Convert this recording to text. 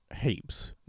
heaps